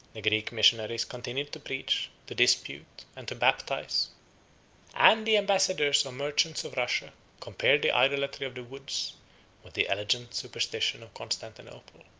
the greek missionaries continued to preach, to dispute, and to baptize and the ambassadors or merchants of russia compared the idolatry of the woods with the elegant superstition of constantinople.